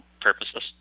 purposes